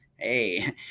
Hey